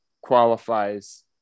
qualifies